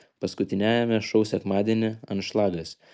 paskutiniajame šou sekmadienį anšlagas